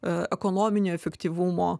ekonominio efektyvumo